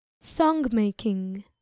Song-making